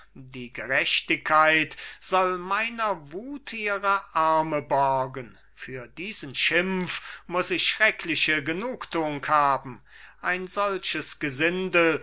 die gerechtigkeit soll meiner wuth ihre arme borgen für diesen schimpf muß ich schreckliche genugthuung haben ein solches gesindel